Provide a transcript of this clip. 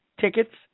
tickets